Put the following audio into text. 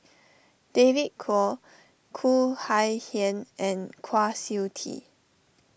David Kwo Khoo Kay Hian and Kwa Siew Tee